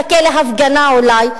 מחכה להפגנה אולי,